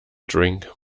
drink